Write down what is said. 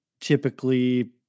typically